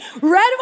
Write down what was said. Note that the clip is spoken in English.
red